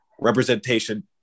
representation